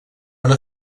una